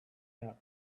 out